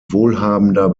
wohlhabender